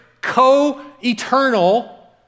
co-eternal